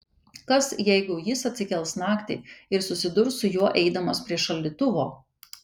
kas jeigu jis atsikels naktį ir susidurs su juo eidamas prie šaldytuvo